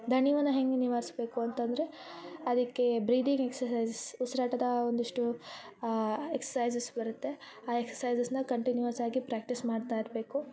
ದಣಿವನ್ನ ಹೆಂಗೆ ನಿವಾರಿಸ್ಬೇಕು ಅಂತಂದರೆ ಅದಕ್ಕೆ ಬ್ರೀದಿಂಗ್ ಎಕ್ಸಸೈಝಸ್ ಉಸಿರಾಟದ ಒಂದಿಷ್ಟು ಎಕ್ಸಸೈಝಸ್ ಬರುತ್ತೆ ಆ ಎಕ್ಸಸೈಝಸ್ನ ಕಂಟುನ್ಯೂಅಸ್ ಆಗಿ ಪ್ರಾಕ್ಟೀಸ್ ಮಾಡ್ತಾ ಇರಬೇಕು